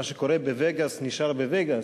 מה שקורה בווגאס נשאר בווגאס,